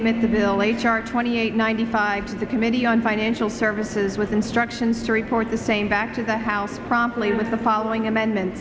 chart twenty eight ninety five the committee on financial services with instructions to report the same back to the house promptly with the following amendments